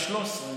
ה-13,